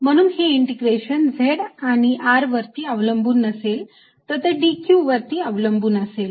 म्हणून हे integration z आणि r वरती अवलंबून नसेल तर ते d q वरती अवलंबून असेल